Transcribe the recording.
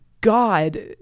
God